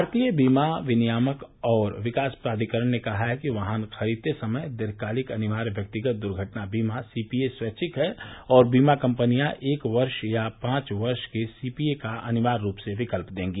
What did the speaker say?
भारतीय बीमा विनियामक और विकास प्राधिकरण ने कहा है कि वाहन खरीदते समय दीर्घकालिक अनिवार्य व्यक्तिगत दुर्घटना बीमा सीपीए स्वैच्छिक है और बीमा कम्पनियां एक वर्ष या पांच वर्ष के सीपीए का अनिवार्य रूप से विकल्प देंगी